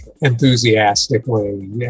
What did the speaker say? enthusiastically